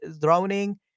drowning